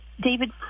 David